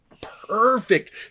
perfect